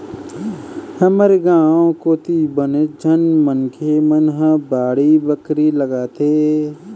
हमर गाँव कोती बनेच झन मनखे मन ह बाड़ी बखरी लगाथे